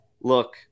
Look